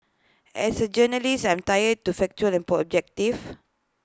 as A journalist I'm trained to factual and objective